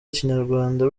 kinyarwanda